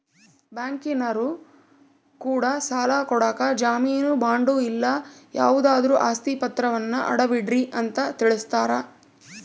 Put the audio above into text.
ಬ್ಯಾಂಕಿನರೊ ಕೂಡ ಸಾಲ ಕೊಡಕ ಜಾಮೀನು ಬಾಂಡು ಇಲ್ಲ ಯಾವುದಾದ್ರು ಆಸ್ತಿ ಪಾತ್ರವನ್ನ ಅಡವಿಡ್ರಿ ಅಂತ ತಿಳಿಸ್ತಾರ